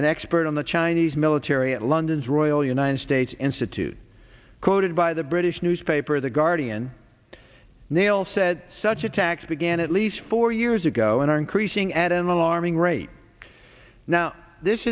an expert on the chinese military at london's royal united states institute quoted by the british newspaper the guardian nale said such attacks began at least four years ago and are increasing at an alarming rate now this